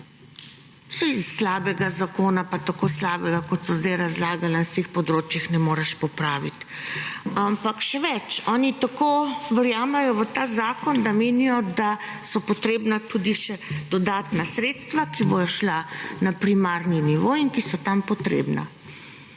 – 15.30** (nadaljevanje) razlagali na vseh področjih ne moreš popraviti. Ampak še več, oni tako verjamejo v ta zakon, da menijo, da so potrebna tudi še dodatna sredstva, ki bodo šla na primarni nivo in ki so tam potrebna.